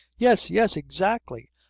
yes! yes! exactly.